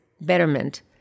betterment